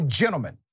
gentlemen